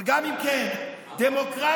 אבל גם אם כן, דמוקרטיה